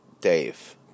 Dave